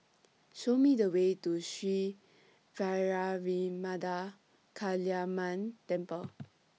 Show Me The Way to Sri Vairavimada Kaliamman Temple